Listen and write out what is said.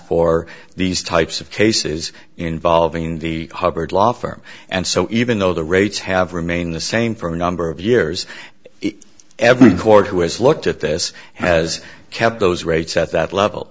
for these types of cases involving the hubbard law firm and so even though the rates have remained the same for a number of years every chord who has looked at this has kept those rates at that level